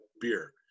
beer